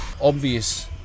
obvious